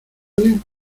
bien